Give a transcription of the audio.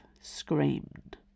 screamed